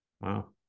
Wow